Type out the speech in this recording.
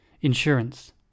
Insurance